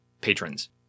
patrons